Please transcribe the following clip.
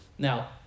Now